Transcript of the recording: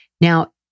Now